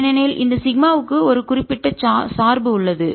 ஏனெனில் இந்த சிக்மாவுக்கு ஒரு குறிப்பிட்ட சார்பு உள்ளது